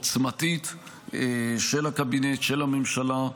ועוצמתית של הקבינט, של הממשלה,